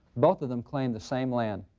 both of them claimed the same land.